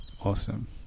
awesome